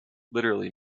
literally